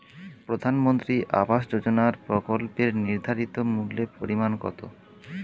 প্রধানমন্ত্রী আবাস যোজনার প্রকল্পের নির্ধারিত মূল্যে পরিমাণ কত?